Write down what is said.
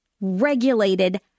regulated